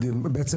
בעצם,